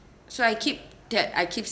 so I keep that I keep